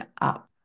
up